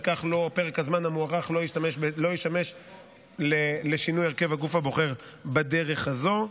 וכך פרק הזמן המוארך לא ישמש לשינוי הרכב הגוף הבוחר בדרך הזאת.